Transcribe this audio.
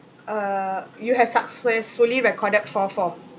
uh you have successfully recorded four form